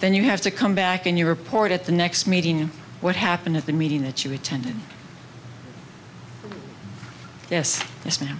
then you have to come back and you report at the next meeting what happened at the meeting that you attended yes yes now